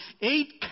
eight